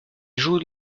joue